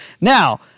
now